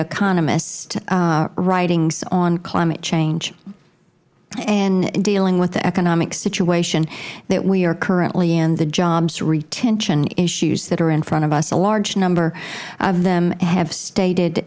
economists writings on climate change and dealing with the economic situation that we are currently in the jobs retention issues that are in front of us a large number of them have stated